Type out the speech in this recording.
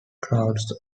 crowds